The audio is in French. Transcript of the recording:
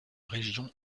région